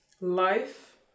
life